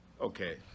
Okay